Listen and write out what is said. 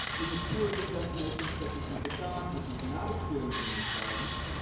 in the tourism destinations such as yucatan, which was not experiencing this violence,